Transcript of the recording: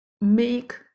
make